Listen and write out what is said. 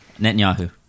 Netanyahu